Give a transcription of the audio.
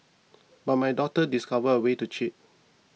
but my daughter discovered a way to cheat